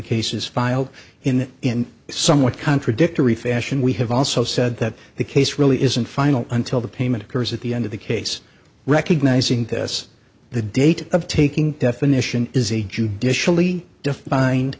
cases filed in in somewhat contradictory fashion we have also said that the case really isn't final until the payment occurs at the end of the case recognizing this the date of taking definition is a judicially defined